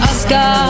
Oscar